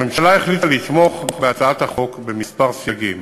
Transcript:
הממשלה החליטה לתמוך בהצעת החוק, בכמה סייגים: